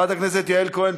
אל תמשוך,